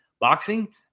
boxing